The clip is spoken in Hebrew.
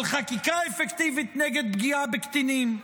על חקיקה אפקטיבית נגד פגיעה בקטינים?